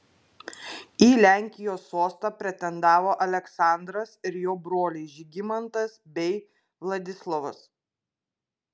į lenkijos sostą pretendavo aleksandras ir jo broliai žygimantas bei vladislovas